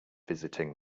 visiting